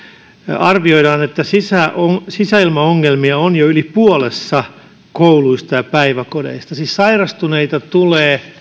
arvioidaan että sisäilmaongelmia on jo yli puolessa kouluista ja päiväkodeista siis sairastuneita tulee